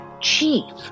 chief